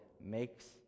makes